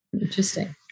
Interesting